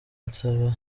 ansaba